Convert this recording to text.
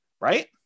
right